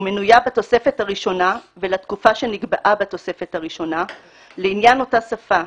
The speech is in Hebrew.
ומנויה בתוספת הראשונה ולתקופה שנקבעה בתוספת הראשונה לעניין אותה שפה,